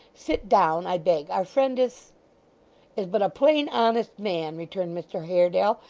sit down, i beg. our friend is is but a plain honest man returned mr haredale,